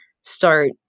start